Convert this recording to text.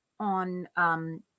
on